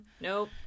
Nope